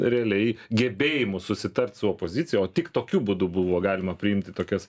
realiai gebėjimu susitart su opozicija o tik tokiu būdu buvo galima priimti tokias